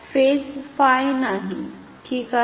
ठीक आहे